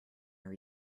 are